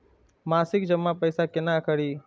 मासिक जमा पैसा केना करी?